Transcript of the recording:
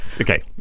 Okay